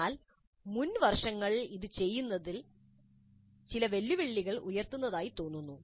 എന്നാൽ മുൻ വർഷങ്ങളിൽ ഇത് ചെയ്യുന്നത് ചില വെല്ലുവിളികൾ ഉയർത്തുന്നതായി തോന്നുന്നു